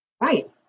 right